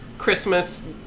christmas